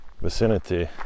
vicinity